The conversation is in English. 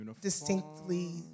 distinctly